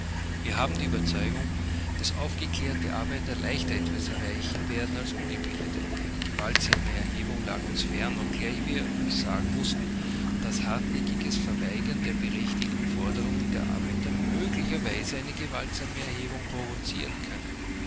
wir haben die überzeugung daß aufgeklärte arbeiter leichter etwas erreichen werden als ungebildete eine gewaltsame erhebung lag uns fern obgleich wir uns sagen mußten daß hartnäckiges verweigern der berechtigten forderungen der arbeiter möglicherweise eine gewaltsame erhebung provozieren könne